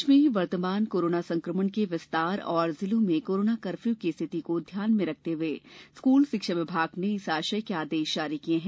प्रदेश में वर्तमान कोरोना संक्रमण के विस्तार और जिलों में कोरोना कर्फ्यू की स्थिति के दृष्टिगत स्कूल शिक्षा विभाग ने इस आशय के आदेश जारी किए है